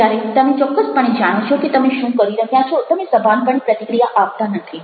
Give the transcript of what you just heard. જ્યારે તમે ચોક્કસપણે જાણો છો કે તમે શું કરી રહ્યા છો તમે સભાનપણે પ્રતિક્રિયા આપતા નથી